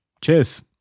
Cheers